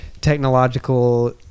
technological